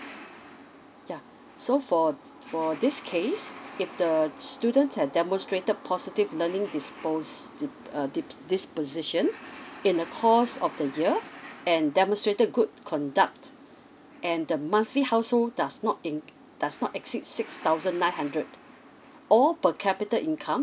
yeah so for for this case if the student have demonstrated positive learning dispose di~ uh deeps disposition in a cost of the year and demonstrated good conduct and the monthly household does not in does not exceed six thousand nine hundred or per capita income